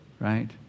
Right